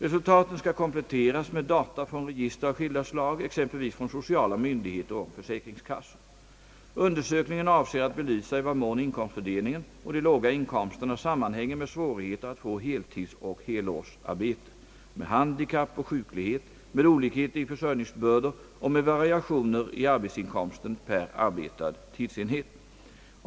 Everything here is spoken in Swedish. Resultaten skall kompletteras med data från register av skilda slag, exempelvis från sociala myndigheter och försäkringskassor, Undersökningen avser att belysa i vad mån inkomstfördelningen och de låga inkomsterna sammanhänger med svårigheter att få heltidsoch helårsarbete, med handikapp och sjuklighet, med olikheter i försörjningsbördor och med variationer i arbetsinkomsten per arbetad tidsenhet.